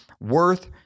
worth